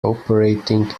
operating